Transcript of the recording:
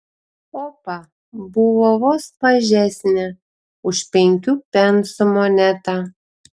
opa buvo vos mažesnė už penkių pensų monetą